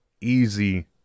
Easy